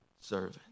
servant